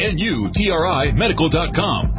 N-U-T-R-I-Medical.com